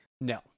No